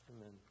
Amen